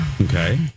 Okay